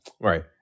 Right